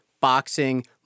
boxing